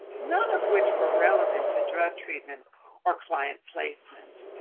none of which were relevant to drug treatment or client placement.